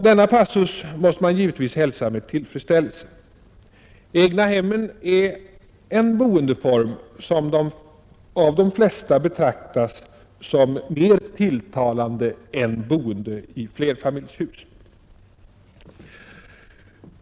Denna passus måste man givetvis hälsa med tillfredsställelse. Egnahemmen är en boendeform som av de flesta betraktas som mer tilltalande än boende i flerfamiljshus.